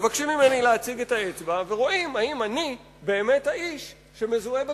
מבקשים ממני להציג את האצבע ורואים אם אני באמת האיש שמזוהה בתעודה.